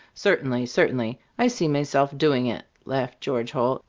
certainly! certainly! i see myself doing it! laughed george holt.